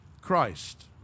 Christ